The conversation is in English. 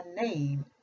name